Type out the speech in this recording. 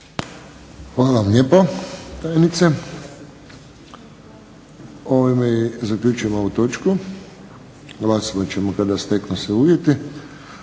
Hvala vam lijepo tajnice. Ovime zaključujem ovu točku. Glasovat ćemo kada steknu se uvjeti.